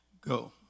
go